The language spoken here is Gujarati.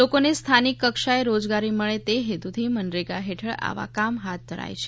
લોકોને સ્થાનિક કક્ષાએ રોજગારી મળે હેતુથી મનરેગા હેઠળ આવા કામ હાથ ધરાય છે